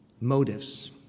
motives